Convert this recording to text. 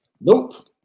Nope